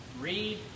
Read